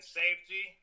safety